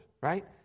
right